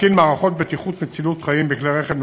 להתקין מערכות בטיחות מצילות חיים בכלי רכב,